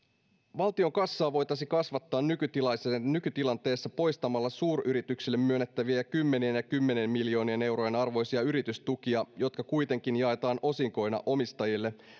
valtion kassaa voitaisiin kasvattaa nykytilanteessa poistamalla suuryrityksille myönnettävien kymmenien ja kymmenien miljoonien eurojen arvoisia yritystukia jotka kuitenkin jaetaan osinkoina omistajille